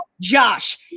Josh